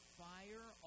fire